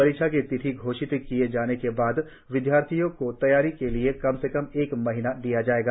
परीक्षा की तिथि घोषित किए जाने के बाद विद्यार्थियों को तैयारी के लिए कम से कम एक महीना दिया जाएगा